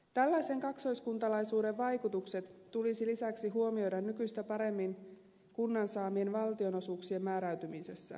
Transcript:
tällaisen kaksoiskuntalaisuuden vaikutukset tulisi lisäksi huomioida nykyistä paremmin kunnan saamien valtionosuuksien määräytymisessä